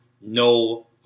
no